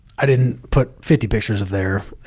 i didn't put fifty pictures of there, you